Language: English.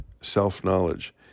self-knowledge